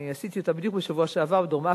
אני עשיתי אותה בדיוק בשבוע שעבר בדרום-אפריקה,